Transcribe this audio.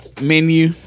menu